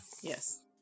Yes